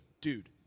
dude